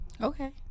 Okay